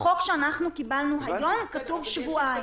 בחוק שקיבלנו היום כתוב שבועיים.